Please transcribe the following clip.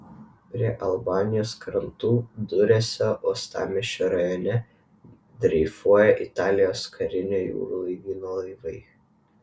prie albanijos krantų duresio uostamiesčio rajone dreifuoja italijos karinio jūrų laivyno laivai